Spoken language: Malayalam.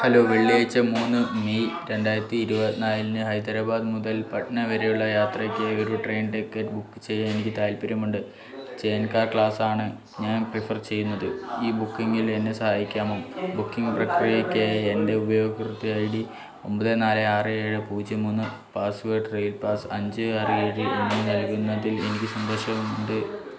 ഹലോ വെള്ളിയാഴ്ച മൂന്ന് മെയ് രണ്ടായിരത്തി ഇരുപത്തിനാലിന് ഹൈദരാബാദ് മുതൽ പട്ന വരെയുള്ള യാത്രയ്ക്കായി ഒരു ട്രെയിൻ ടിക്കറ്റ് ബുക്ക് ചെയ്യാൻ എനിക്ക് താൽപ്പര്യമുണ്ട് ചെയിൻകാ ക്ലാസ്സാണ് ഞാൻ പ്രിഫർ ചെയ്യുന്നത് ഈ ബുക്കിംഗിൽ എന്നെ സഹായിക്കാമോ ബുക്കിംഗ് പ്രക്രിയയ്ക്കായി എൻ്റെ ഉപയോക്തൃ ഐ ഡി ഒമ്പത് നാല് ആറ് ഏഴ് പൂജ്യം മൂന്ന് പാസ്സ്വേഡ് റെയിൽപാസ് അഞ്ച് ആറ് ഏഴ് എന്നിവ നൽകുന്നതിൽ എനിക്ക് സന്തോഷമുണ്ട്